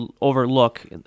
overlook